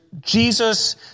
Jesus